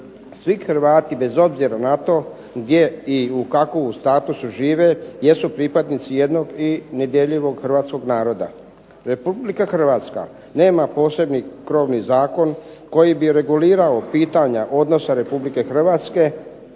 Svi Hrvati bez obzira kako i gdje u kakvom statusu žive jesu pripadnici jednog i nedjeljivog Hrvatskog naroda. Republika Hrvatska nema posebni krovni zakon koji bi regulirao pitanja odnosa Republike Hrvatske